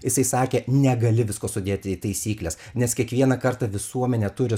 jisai sakė negali visko sudėti į taisykles nes kiekvieną kartą visuomenė turi